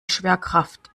schwerkraft